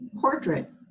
portrait